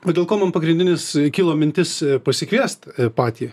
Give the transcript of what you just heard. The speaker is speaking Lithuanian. va dėl ko man pagrindinis kilo mintis pasikviest patį